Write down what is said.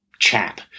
chap